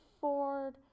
Ford